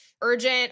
urgent